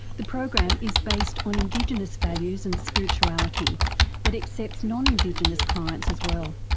the program is based on indigenous values and spirituality but accepts non-indigenous clients as well.